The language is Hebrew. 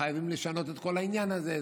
חייבים לשנות את כל העניין הזה.